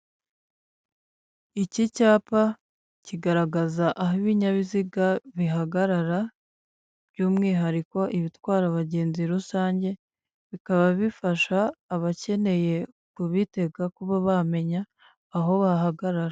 Iki cyapa kigaragaza aho ibinyabiziga bihagarara, by'umwihariko ibitwara abagenzi rusange, bikaba bifasha abakeneye kubitega kuba bamenya aho bahagarara.